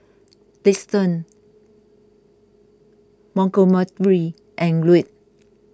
Liston Montgomery and Ruel